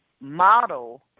model